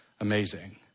amazing